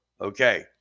Okay